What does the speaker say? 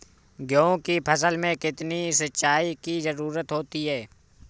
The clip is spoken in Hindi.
गेहूँ की फसल में कितनी सिंचाई की जरूरत होती है?